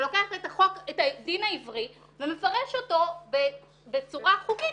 שלוקח את הדין העברי ומפרש אותו בצורה חוקית,